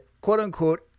quote-unquote